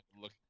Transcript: look